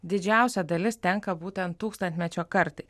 didžiausia dalis tenka būtent tūkstantmečio kartai